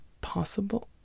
possible